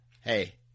Hey